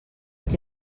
qui